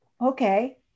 Okay